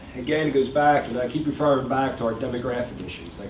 again, goes back, and i keep referring back to our demographic issues.